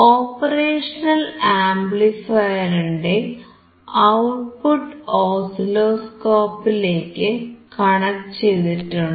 operational ആംപ്ലിഫയറിന്റെ output ഓസിലോസ്കോപ്പിലേക്കു connect ചെയ്തിട്ടുണ്ട്